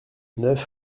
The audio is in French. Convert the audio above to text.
neuf